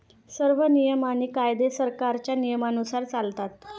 सर्व नियम आणि कायदे सरकारच्या नियमानुसार चालतात